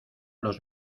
los